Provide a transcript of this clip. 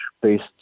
based